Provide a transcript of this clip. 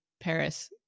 Paris